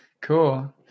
Cool